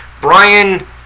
Brian